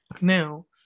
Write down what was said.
Now